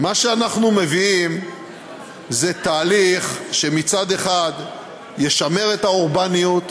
מה שאנחנו מביאים זה תהליך שמצד אחד ישמר את האורבניות,